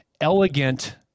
elegant